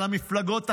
של המפלגות החרדיות,